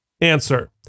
answer